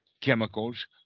chemicals